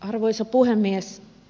arvoisa puhemies